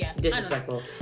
Disrespectful